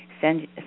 send